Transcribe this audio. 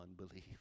unbelief